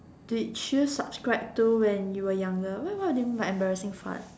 did you subscribe to when you were younger what what do you mean by embarrassing fart